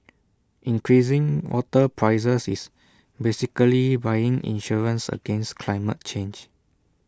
increasing water prices is basically buying insurance against climate change